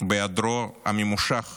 היעדרו הממושך